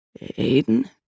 Aiden